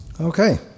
Okay